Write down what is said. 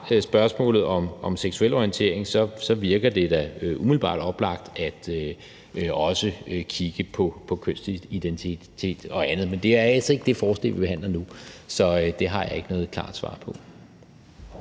spørgsmålet om seksuel orientering, umiddelbart oplagt også at kigge på kønsidentitet og andet. Men det er altså ikke det forslag, vi behandler nu. Så det har jeg ikke noget klart svar på.